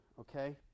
okay